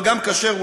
לפחות מאוכל כשר.